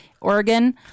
Oregon